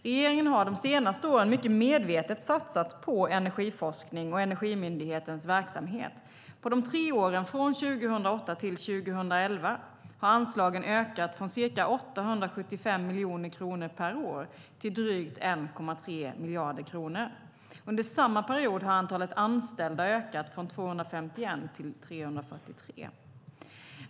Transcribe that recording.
Regeringen har de senaste åren mycket medvetet satsat på energiforskning och Energimyndighetens verksamhet. På de tre åren från 2008 till 2011 har anslagen ökat från ca 875 miljoner kronor per år till drygt 1,3 miljarder kronor. Under samma period har antalet anställda ökat från 251 till 343.